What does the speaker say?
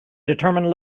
determined